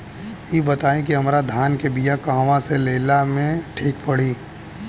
इ बताईं की हमरा धान के बिया कहवा से लेला मे ठीक पड़ी?